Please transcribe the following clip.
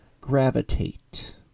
gravitate